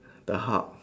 the hut